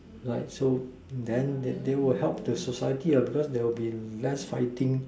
right so then they will help the society ah because there will be less fighting